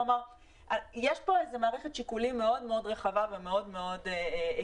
כלומר יש פה מערכת שיקולים מאוד רחבה והיקפית,